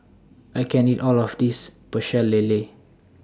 I can't eat All of This Pecel Lele